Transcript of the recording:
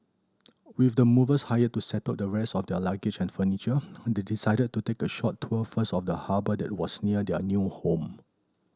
with the movers hired to settle the rest of their luggage and furniture they decided to take a short tour first of the harbour that was near their new home